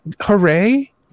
hooray